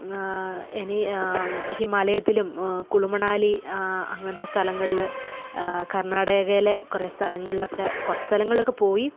ഇനി ഹിമാലയത്തിലും കുളുമണാലി അങ്ങനത്തെ സ്ഥലങ്ങളിൽ കർണാടകയിലെ കുറേ സ്ഥലങ്ങളിലൊക്കെ കുറച്ച് സ്ഥലങ്ങളിലൊക്കെ പോയി